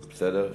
בסדר.